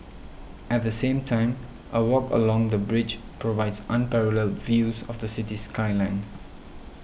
at the same time a walk along the bridge provides unparalleled views of the city skyline